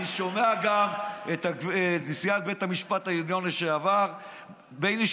אני שומע גם את נשיאת בית המשפט העליון לשעבר בייניש